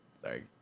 sorry